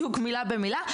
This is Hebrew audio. בדיוק מילה במילה,